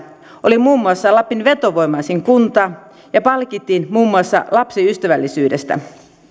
oli muun muassa lapin vetovoimaisin kunta ja palkittiin muun muassa lapsiystävällisyydestä